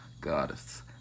goddess